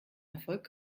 erfolg